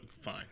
fine